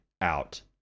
out